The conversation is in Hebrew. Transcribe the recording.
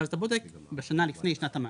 אז אתה בודק בשנה לפני שנת המס,